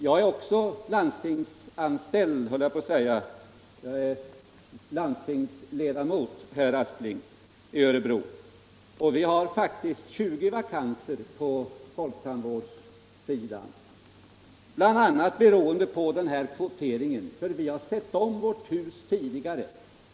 Jag är ledamot av landstinget i Örebro län, och där har vi faktiskt 20 vakanser på folktandvårdssidan, bl.a. beroende på kvoteringen. Vi har sett om vårt hus tidigare.